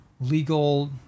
legal